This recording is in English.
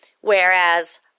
Whereas